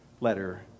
letter